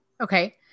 Okay